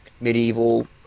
medieval